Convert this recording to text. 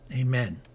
Amen